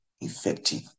effective